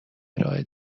ارائه